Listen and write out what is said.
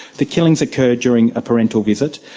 the killings occurred during a parental visit.